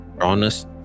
honest